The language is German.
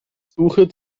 suche